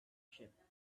shipped